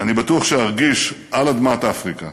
אני בטוח שארגיש על אדמת אפריקה